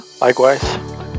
Likewise